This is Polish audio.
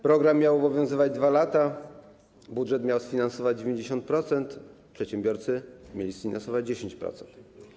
Program miał obowiązywać 2 lata, budżet miał sfinansować 90%, przedsiębiorcy mieli sfinansować 10%.